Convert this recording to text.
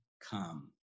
come